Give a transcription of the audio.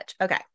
okay